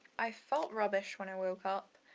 i felt rubbish when i woke up,